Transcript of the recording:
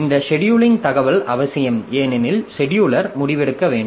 இந்த செடியூலிங் தகவல் அவசியம் ஏனெனில் செடியூலர் முடிவெடுக்க வேண்டும்